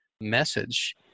message